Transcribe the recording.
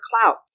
clout